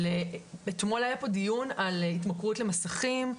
אתמול היה פה דיון על התמכרות למסכים,